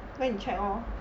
go and check lor